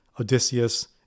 Odysseus